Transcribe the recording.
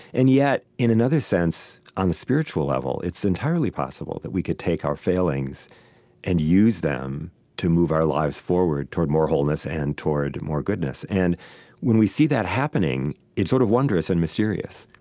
and yet, in another sense, on a spiritual level, it's entirely possible that we could take our failings and use them to move our lives forward toward more wholeness and toward more goodness. and when we see that happening, it's sort of wondrous and mysterious